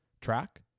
track